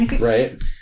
Right